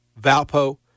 Valpo